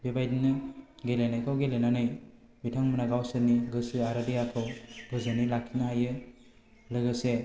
बे बायदिनो गेलेनायखौ गेलेनानै बिथांमोनहा गावसोरनि गोसो आरो देहाखौ गोजोनै लाखिनो हायो लोगोसे